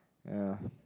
ya